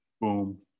boom